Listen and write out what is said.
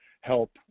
help